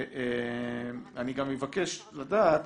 אני גם אבקש לדעת